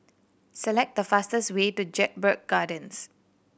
select the fastest way to Jedburgh Gardens